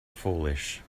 foolish